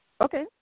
Okay